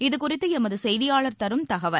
இதுகுறித்து எமது செய்தியாளர் தரும் தகவல்